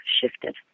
shifted